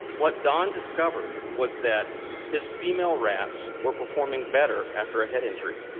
what don discovered was that his female rats were performing better after a head injury.